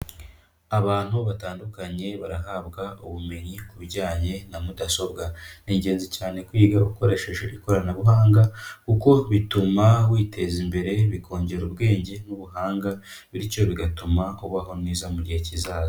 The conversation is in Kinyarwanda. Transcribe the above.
Abantu batandukanye barahabwa ubumenyi ku bijyanye na mudasobwa. Ni ingenzi cyane kwiga ukoresheje ikoranabuhanga kuko bituma witeza imbere, bikongera ubwenge n'ubuhanga bityo bigatuma ubaho neza mu gihe kizaza.